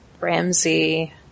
Ramsey